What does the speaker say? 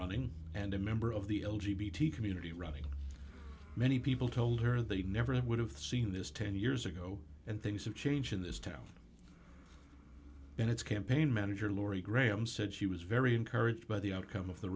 running and a member of the l g b tea community running many people told her they'd never it would have seen this ten years ago and things have changed in this town and its campaign manager laurie graham said she was very encouraged by the outcome of the